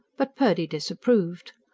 but purdy disapproved.